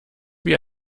wie